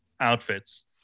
outfits